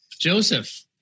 Joseph